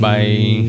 Bye